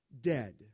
Dead